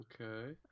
Okay